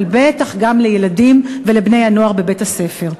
אבל בטח גם לילדים ולבני-הנוער בבית-הספר.